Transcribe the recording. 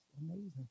amazing